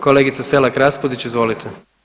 Kolegice Selak Raspudić, izvolite.